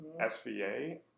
SVA